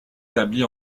établis